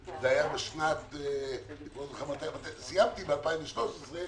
שלי, סיימתי ב-2013.